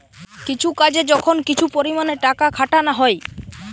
কিছু কাজে যখন কিছু পরিমাণে টাকা খাটানা হয়